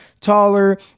taller